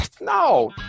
no